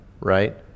right